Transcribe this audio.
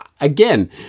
again